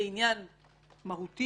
זה עניין מהותי,